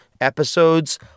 episodes